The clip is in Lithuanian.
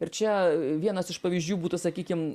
ir čia vienas iš pavyzdžių būtų sakykim